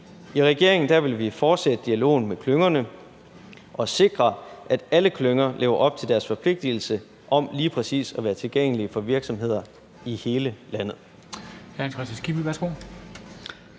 I regeringen vil vi fortsætte dialogen med klyngerne og sikre, at alle klynger lever op til deres forpligtigelse om lige præcis at være tilgængelige for virksomheder i hele landet.